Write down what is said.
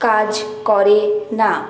কাজ করে না